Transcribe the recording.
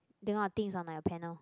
then got things on my panel